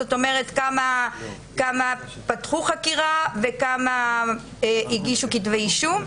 זאת אומרת כמה פתחו חקירה וכמה הגישו כתבי אישום.